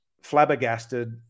flabbergasted